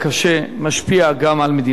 משפיע גם על מדינת ישראל,